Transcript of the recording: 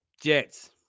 Jets